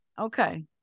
Okay